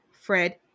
Fred